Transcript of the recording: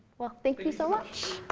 well, thank you so much.